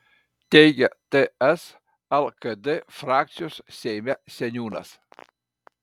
teigia ts lkd frakcijos seime seniūnas